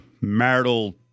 marital